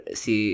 si